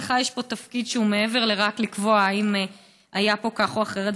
לך יש פה תפקיד שהוא מעבר לרק לקבוע אם היה פה כך או אחרת.